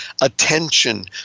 attention